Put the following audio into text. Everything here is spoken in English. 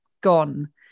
gone